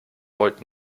volt